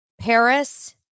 Paris